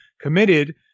committed